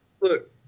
Look